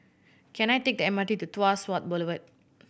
can I take the M R T to Tuas South Boulevard